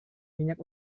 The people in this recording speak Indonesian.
minyak